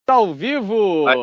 so vivo. and